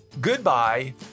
goodbye